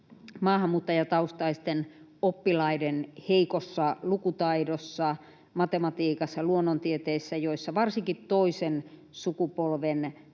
maahanmuuttajataustaisten oppilaiden heikossa lukutaidossa, matematiikassa, luonnontieteissä, joissa varsinkin toisen polven